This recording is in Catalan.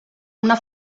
una